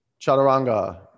chaturanga